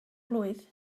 blwydd